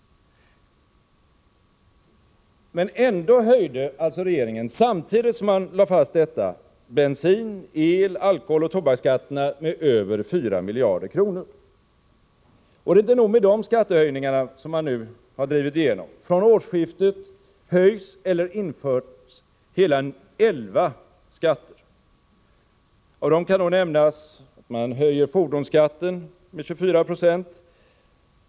Ändå höjde regeringen, samtidigt som man lade fast detta, bensin-, el-, alkoholoch tobaksskatten med över 4 miljarder kronor. Det är inte nog med de skattehöjningar man nu har drivit igenom. Från årsskiftet höjs eller införs hela elva skatter. Av dem kan nämnas fordonsskatten, som höjs med 24 76.